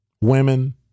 women